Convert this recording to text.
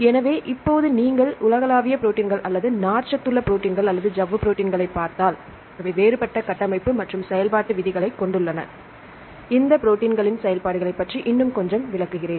எனவே இப்போது நீங்கள் உலகளாவிய ப்ரோடீன்கள் அல்லது நார்ச்சத்துள்ள ப்ரோடீன்கள் அல்லது சவ்வு ப்ரோடீன்களைப் பார்த்தால் அவை வேறுபட்ட கட்டமைப்பு மற்றும் செயல்பாட்டு விதிகளைக் கொண்டுள்ளன இந்த ப்ரோடீன்களின் செயல்பாடுகளைப் பற்றி இன்னும் கொஞ்சம் விளக்குகிறது